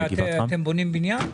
מה, אתם בונים בניין?